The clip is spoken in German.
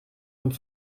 und